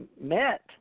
met